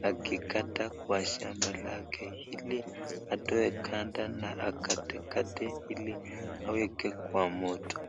akitoa kwa shamba lake ili atoe ganda na akatekate ili aweke kwa moto.